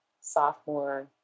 sophomore